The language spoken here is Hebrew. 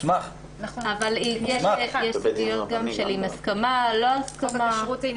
יש גם דיון אם זה בהסכמה או לא בהסכמה.